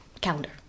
calendar